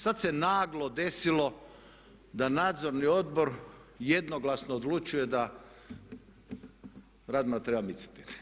Sad se naglo desilo da Nadzorni odbor jednoglasno odlučuje da Radmana treba micati.